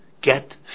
get